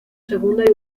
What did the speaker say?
segunda